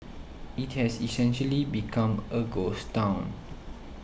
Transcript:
it has essentially become a ghost town